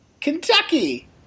kentucky